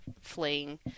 fleeing